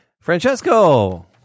Francesco